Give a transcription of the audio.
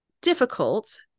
difficult